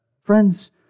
Friends